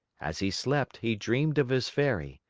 as he slept, he dreamed of his fairy,